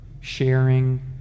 sharing